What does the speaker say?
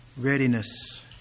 readiness